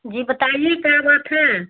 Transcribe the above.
جی بتائیے کیا بات ہے